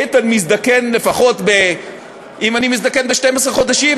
איתן מזדקן לפחות אם אני מזדקן ב-12 חודשים,